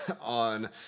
on